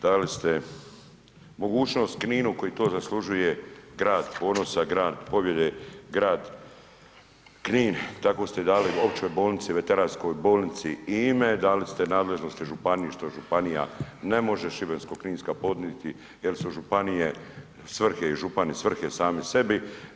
Dali ste mogućnost Kninu koji to zaslužuje, grad ponosa, grad pobijede, grad Knin, tako ste dali općoj bolnici, veteranskoj bolnici i ime, dali ste nadležnost županiji, što županija ne može, Šibensko-kninska podnijeti jer su županije svrhe i župani svrhe sami sebi.